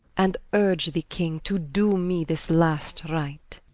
and vrge the king to do me this last right